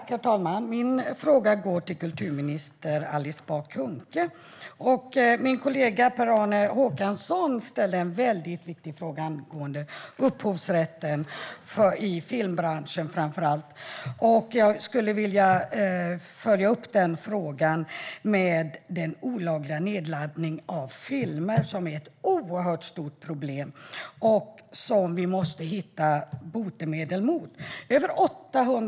Herr talman! Min fråga går till kulturminister Alice Bah Kuhnke. Min kollega Per-Arne Håkansson ställde en väldigt viktig fråga angående upphovsrätten i framför allt filmbranschen. Jag skulle vilja följa upp den frågan med att ställa en fråga om den olagliga nedladdning av filmer som är ett oerhört stort problem som vi måste hitta botemedel mot. Herr talman!